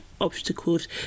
obstacles